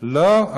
לא.